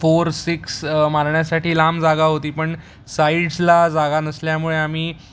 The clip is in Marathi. फोर सिक्स मारण्यासाठी लांब जागा होती पण साईड्सला जागा नसल्यामुळे आम्ही